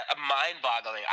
mind-boggling